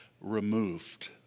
Removed